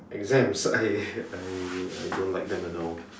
exams I I I don't like them at all